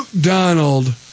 Donald